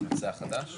אבל זה משנה סדרי עולם.